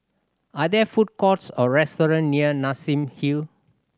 are there food courts or restaurant near Nassim Hill